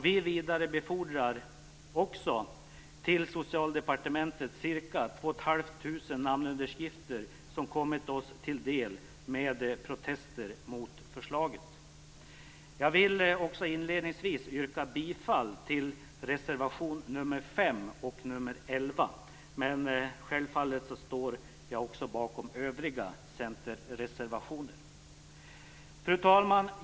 Vi vidarebefordrar också till Socialdepartementet ca 2 500 namnunderskrifter som kommit oss till del med protester mot förslaget. Jag vill också inledningsvis yrka bifall till reservation nr 5 och nr 11, men jag står självfallet även bakom övriga centerreservationer. Fru talman!